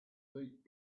deep